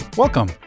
Welcome